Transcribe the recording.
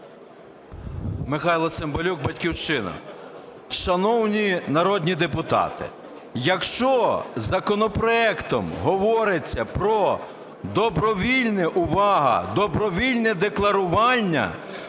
Михайло Цимбалюк, "Батьківщина". Шановні народні депутати! Якщо законопроектом говориться про добровільне, (увага!)